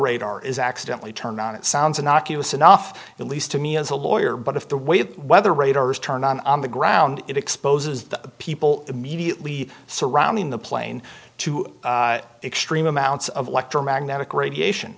radar is accidentally turned on it sounds innocuous enough at least to me as a lawyer but if the way the weather radar is turned on the ground it exposes the people immediately surrounding the plane to extreme amounts of electromagnetic radiation